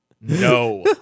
no